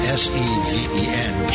s-e-v-e-n